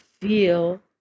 feel